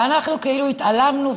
ואנחנו כאילו התעלמנו,